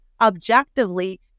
objectively